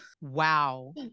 wow